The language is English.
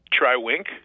TryWink